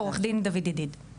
עורך דין דויד ידיד.